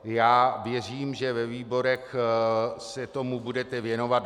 Já věřím, že ve výborech se tomu budete věnovat.